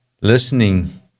listening